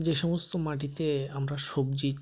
যে সমস্ত মাটিতে আমরা সবজি